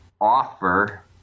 offer